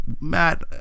Matt